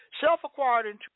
self-acquired